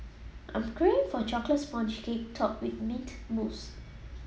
I'm craving for chocolate sponge cake topped with mint mousse